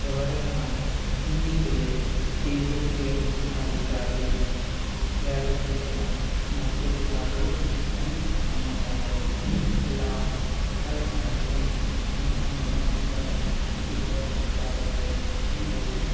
ఎవరైనా తుమ్మితే దేవుడు పేరు స్మరించాలి లేకపోతే మంచిది కాదు అని నమ్ముతారు ఇలా చెప్పాలి అంటే అనేక మూఢనమ్మకాలు ఇది వరకు కాలంలో ఉండేవి